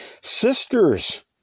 Sisters